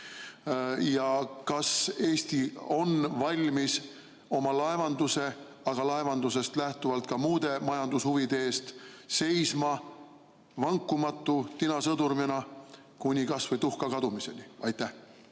Kas Eesti on valmis oma laevanduse, aga laevandusest lähtuvalt ka muude majandushuvide eest seisma vankumatu tinasõdurina, kuni kas või tuhka kadumiseni? Aitäh,